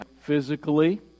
Physically